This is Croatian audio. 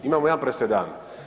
Imamo jedan presedan.